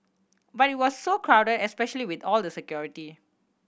but it was so crowded especially with all the security